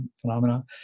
phenomena